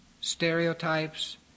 stereotypes